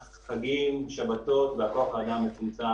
תחשבו על אותו מאבטח